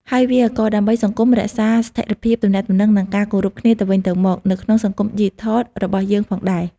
ហើយ វាក៏ដើម្បីសង្គមរក្សាស្ថិរភាពទំនាក់ទំនង និងការគោរពគ្នាទៅវិញទៅមកនៅក្នុងសង្គមឌីជីថលរបស់យើងផងដែរ។